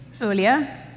earlier